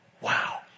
Wow